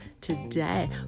today